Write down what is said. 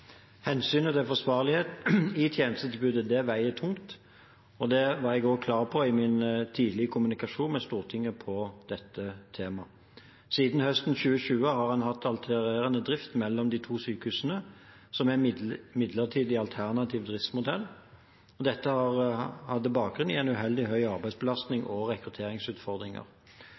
Hensynet til forsvarlighet i tjenestetilbudet veier tungt, og det var jeg også klar på i min tidlige kommunikasjon med Stortinget om dette temaet. Siden høsten 2020 har en hatt alternerende drift mellom de to sykehusene som en midlertidig alternativ driftsmodell. Dette hadde bakgrunn i en uheldig stor arbeidsbelastning og rekrutteringsutfordringer.